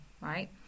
right